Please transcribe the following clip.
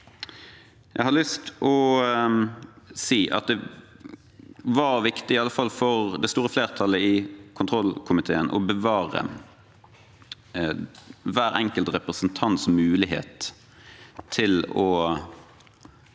Jeg har lyst til å si at det var viktig, i alle fall for det store flertallet i kontrollkomiteen, å bevare hver enkelt representants mulighet til å